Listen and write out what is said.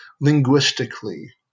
linguistically